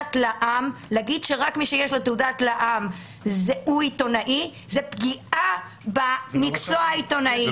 להגיד שרק מי שיש לו תעודת לע"מ הוא עיתונאי זו פגיעה במקצוע העיתונאי.